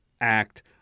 act